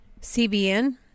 cbn